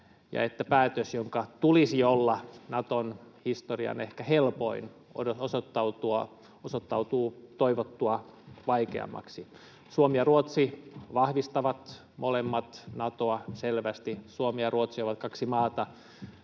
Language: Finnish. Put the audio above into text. ja että päätös, jonka tulisi olla Naton historian ehkä helpoin, osoittautuu toivottua vaikeammaksi. Suomi ja Ruotsi vahvistavat molemmat Natoa selvästi. Suomi ja Ruotsi ovat kaksi maata,